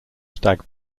stag